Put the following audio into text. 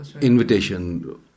Invitation